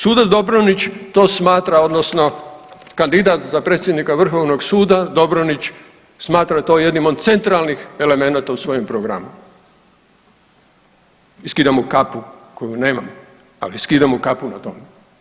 Sudac Dobronić to smatra odnosno kandidat za predsjednika Vrhovnog suda Dobronić smatra to jednim od centralnih elemenata u svojem programu i skidam mu kapu koju nemam, ali skidam mu kapu na tome.